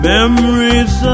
Memories